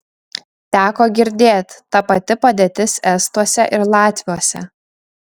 teko girdėt ta pati padėtis estuose ir latviuose